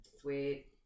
Sweet